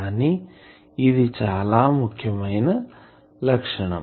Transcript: కానీ ఇది చాలా ముఖ్యమైన లక్షణం